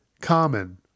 Common